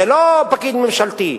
זה לא פקיד ממשלתי,